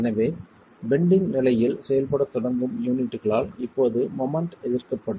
எனவே பெண்டிங் நிலையில் செயல்படத் தொடங்கும் யூனிட்களால் இப்போது மொமெண்ட் எதிர்க்கப்படும்